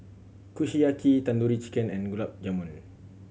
Kushiyaki Tandoori Chicken and Gulab Jamun